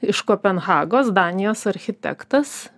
iš kopenhagos danijos architektas